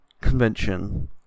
convention